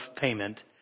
payment